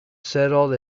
settled